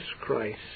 Christ